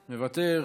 מוותר,